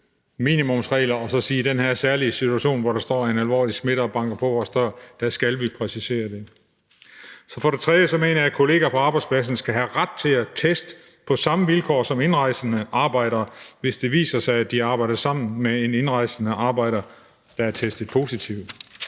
minimumsregler og så at sige, at i den her særlige situation, hvor der står en alvorlig smitte og banker på vores dør, skal vi præcisere det. For det tredje mener jeg, at kollegaer på arbejdspladsen skal have ret til test på samme vilkår som indrejsende arbejdere, hvis det viser sig, at de har arbejdet sammen med en indrejsende arbejder, der er testet positiv.